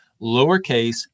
lowercase